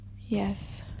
Yes